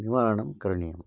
निवारणं करणीयम्